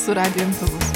su radijo imtuvais